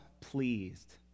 pleased